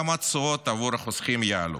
גם התשואות עבור החוסכים יעלו.